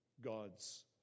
God's